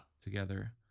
together